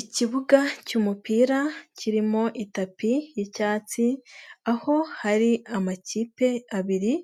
Ikibuga cy'umupira kirimo itapi y'icyatsi aho hari amakipe abiri,